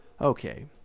Okay